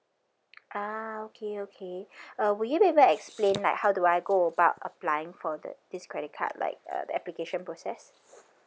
ah okay okay uh would you be able to explain like how do I go about applying for the this credit card like uh the application process